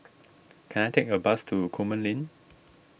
can I take a bus to Coleman Lane